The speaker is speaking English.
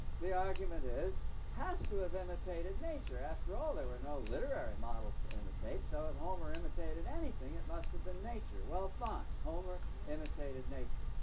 the argument is, has to have imitated nature. after all, there were no literary models to imitate, so if homer imitated anything it must have been nature. well, fine. homer imitated nature,